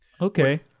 Okay